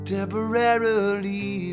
Temporarily